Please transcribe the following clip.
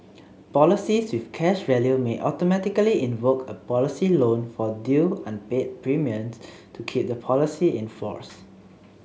policies with cash value may automatically invoke a policy loan for due unpaid premiums to keep the policy in force